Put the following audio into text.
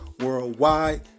worldwide